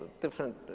different